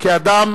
כאדם